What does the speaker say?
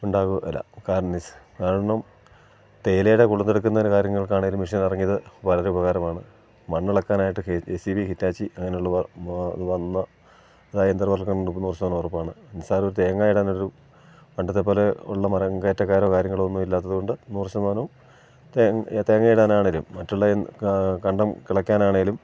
ഉണ്ടാവുകയില്ല കാർണിസ് കാരണം തേയിലയുടെ കൊളുന്തെടുക്കുന്ന കാര്യങ്ങൾക്കാണേലും മെഷിനിറങ്ങിയത് വളരെ ഉപകാരമാണ് മണ്ണിളക്കാനായിട്ട് ജെ സി ബി ഹിറ്റാച്ചി അങ്ങനെ ഉള്ളവ വന്ന് അതായത് യന്ത്രവൽക്കരണം നൂറ് ശതമാനം ഉറപ്പാണ് നിസാരമൊര് തേങ്ങയിടാനൊരു പണ്ടത്തെപ്പോലെ ഉള്ള മരം കയറ്റക്കാരോ കാര്യങ്ങളൊന്നും ഇല്ലാത്തത്കൊണ്ട് നൂറ് ശതമാനവും തേങ്ങയിടാനാണേലും മറ്റുള്ള കണ്ടം കിളയ്ക്കാനാണേലും